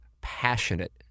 passionate